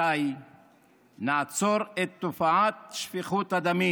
מתי נעצור את תופעת שפיכות הדמים?